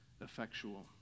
effectual